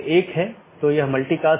BGP के साथ ये चार प्रकार के पैकेट हैं